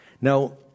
Now